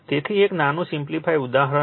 તેથી એક નાનું સિમ્પ્લિફાઇડ ઉદાહરણ લો